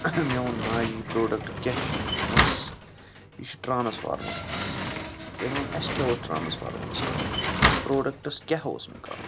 مےٚ وون ماجہِ یہِ پروڈَکٹ کِیٛاہ چھُے دوٚپمَس یہِ چھُ ٹرانٕسفارمَر تٔمۍ وون اَسہِ کِیٛاہ اوس ٹرانٕسفارمرَس کَرُن اَتھ پروڈَکٹس کِیٛاہ اُوس مےٚ کَرُن